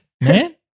man